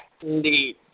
indeed